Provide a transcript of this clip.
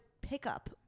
pickup